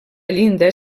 llinda